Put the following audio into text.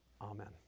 Amen